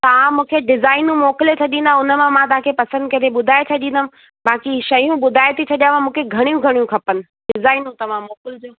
तव्हां मूंखे डिज़ाइनूं मोकिले छॾींदा हुन मां मां तव्हांखे पसंदि करे ॿुधाए छॾींदमि बाक़ी शयूं ॿुधाए थी छॾियांव मूंखे घणियूं घणियूं खपनि डिज़ाइनूं तव्हां मोकिलिजो